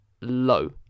low